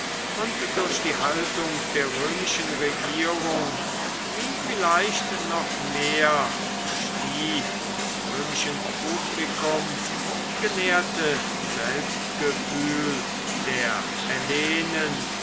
und durch die haltung der römischen regierung wie vielleicht noch mehr durch die des römischen publikums genährte selbstgefühl der hellenen